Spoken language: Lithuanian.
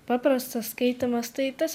paprastas skaitymas tai tas